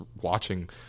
watching